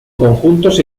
conjuntos